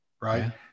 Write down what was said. right